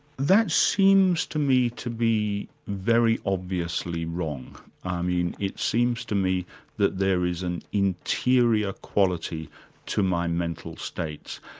that seems to me to be very obviously wrong. i mean, it seems to me that there is an interior quality to my mental state.